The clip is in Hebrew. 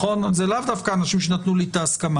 זה לאו דווקא אנשים שנתנו לי הסכמה